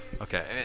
Okay